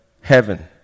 heaven